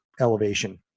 elevation